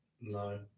No